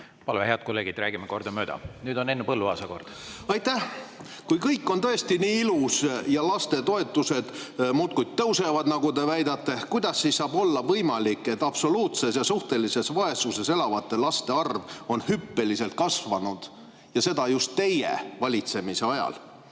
Palun, head kolleegid, räägime kordamööda! Nüüd on Henn Põlluaasa kord. Aitäh! Kui kõik on tõesti nii ilus ja lastetoetused muudkui tõusevad, nagu te väidate, kuidas siis saab olla võimalik, et absoluutses ja suhtelises vaesuses elavate laste arv on hüppeliselt kasvanud, ja seda just teie valitsemise ajal?